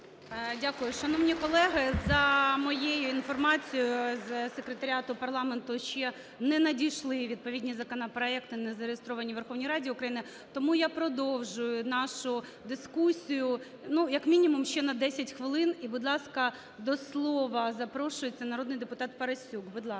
Дякую. Шановні колеги, за моєю інформацією, із секретаріату парламенту ще не надійшли відповідні законопроекти, не зареєстровані у Верховній Раді України, тому я продовжую нашу дискусію, як мінімум, ще на 10 хвилин. І, будь ласка, до слова запрошується народний депутат Парасюк. Будь ласка.